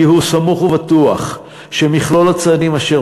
כי הוא סמוך ובטוח שמכלול הצעדים אשר